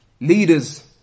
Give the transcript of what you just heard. leaders